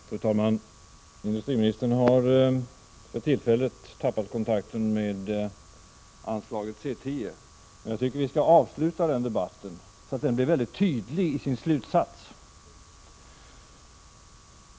Fru talman! Industriministern har för tillfället tappat kontakten med anslaget C 10. Jag tycker vi skall avsluta denna debatt så att den blir tydlig i sin slutsats.